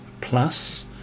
Plus